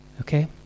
okay